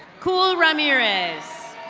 cool ramirez.